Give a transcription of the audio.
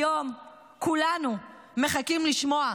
היום כולנו מחכים לשמוע: